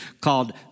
called